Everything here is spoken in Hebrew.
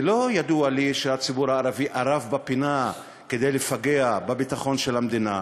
ולא ידוע לי שהציבור הערבי ארב בפינה כדי לפגע בביטחון של המדינה.